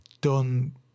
done